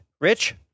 Rich